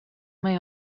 may